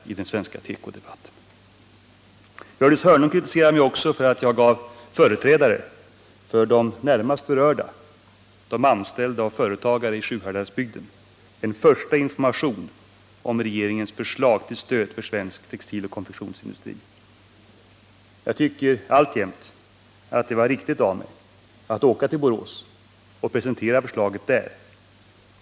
Gördis Hörnlund kritiserade mig också för att jag gav företrädare för de närmast berörda, de anställda och företagare i Sjuhäradsbygden, en första information om regeringens förslag till stöd för svensk textiloch konfektionsindustri. Jag tycker alltjämt att det var riktigt av mig att åka till Borås och presentera förslaget där.